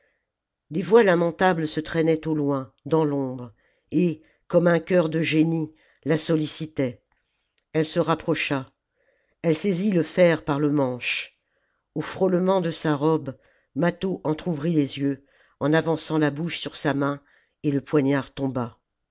des voix lamentables se traînaient au loin dans l'ombre et comme un chœur de génies la sollicitaient elle se rapprocha elle saisit le fer par le manche au frôlement de sa robe mâtho entr'ouvrit les yeux en avançant la bouche sur sa main et le poignard